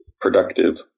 productive